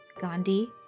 Gandhi